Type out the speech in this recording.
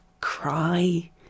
cry